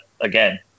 again